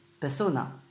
persona